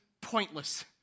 pointless